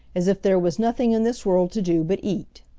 as if there was nothing in this world to do but eat.